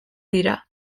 dira